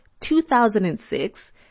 2006